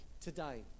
today